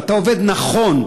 ואתה עובד נכון,